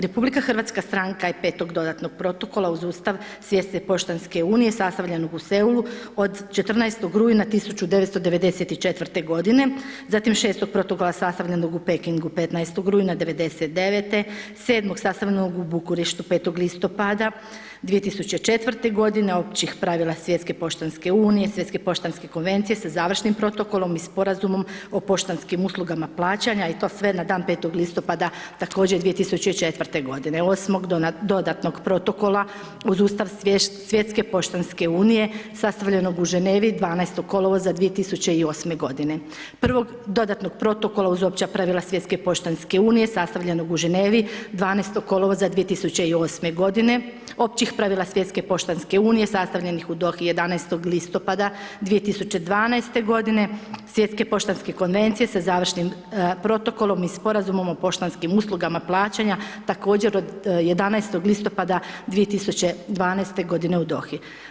RH stranka je Petog dodatnog protokola uz Ustav Svjetske poštanske unije sastavljenog u Seulu od 14. rujna 1994. g., zatim Šestog protokola sastavljenog u Pekingu 15. rujna '99., Sedmog sastavljenog u Bukureštu 5. listopada 2004. g., općih pravila Svjetske poštanske unije, Svjetske poštanske konvencije sa završnim protokolom i Sporazumom o poštanskim uslugama plaćanja i to sve na dan 5. listopada također 2004. g., Osmog dodatnog protokola uz Ustav Svjetske poštanske unije sastavljenog u Ženevi 12. kolovoza 2008. g., Prvog dodatnog protokola uz opća pravila Svjetske poštanske unije sastavljenog u Ženevi 12. kolovoza 2008. godine, općih pravila Svjetske poštanske unije sastavljenih u Dohi 11. listopada 2012. godine, Svjetske poštanske konvencije sa završnim protokolom i sporazumom o poštanskim uslugama plaćanja također od 11. listopada 2012. godine u Dohi.